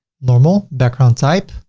normal, background type